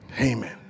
Amen